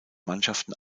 mannschaften